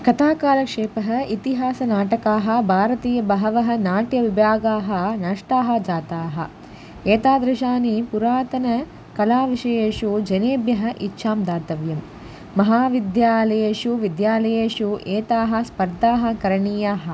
कथाकालक्षेपः इतिहासनाटकाः भारतीयाः बहवः नाट्यविभागाः नष्टाः जाताः एतादृशेषु पुरातनकलाविषयेषु जनेभ्यः इच्छां दातव्यं महाविद्यालयेषु विद्यालयेषु एताः स्पर्द्धाः करणीयाः